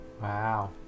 Wow